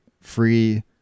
free